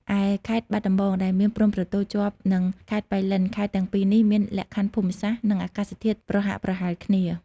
ឯខេត្តបាត់ដំបងដែលមានព្រំប្រទល់ជាប់នឹងខេត្តប៉ៃលិនខេត្តទាំងពីរនេះមាន លក្ខខណ្ឌភូមិសាស្ត្រ និងអាកាសធាតុប្រហាក់ប្រហែលគ្នា។